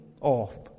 off